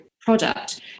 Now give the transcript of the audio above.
product